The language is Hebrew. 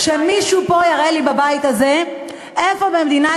שמישהו פה בבית הזה יראה לי איפה במדינת